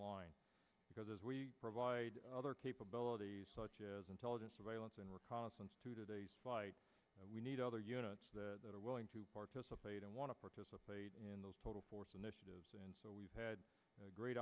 line because we provide other capabilities such as intelligence surveillance and reconnaissance to today we need other units that are willing to participate and want to participate in those total force initiatives and so we've had a great